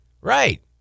Right